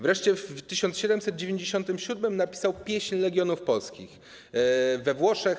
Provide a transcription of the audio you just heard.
Wreszcie w 1797 r. napisał „Pieśń Legionów Polskich we Włoszech”